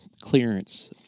clearance